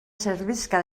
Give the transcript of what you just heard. servisca